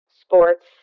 sports